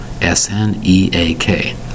S-N-E-A-K